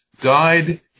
died